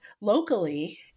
locally